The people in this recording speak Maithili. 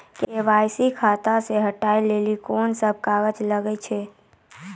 के.वाई.सी खाता से हटाबै लेली कोंन सब कागज लगे छै?